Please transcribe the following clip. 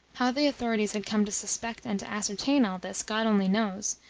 how the authorities had come to suspect and to ascertain all this god only knows,